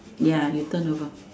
ya you turn over